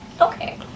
Okay